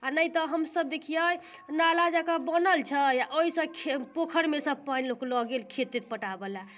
आओर नहि तऽ हमसभ देखियै नाला जकाँ बनल छै ओइसँ पोखरिमे सँ पानि लोक लऽ गेल खेत तेत पटाबऽ लए